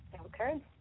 Okay